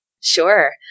Sure